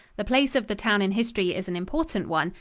the place of the town in history is an important one,